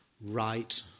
right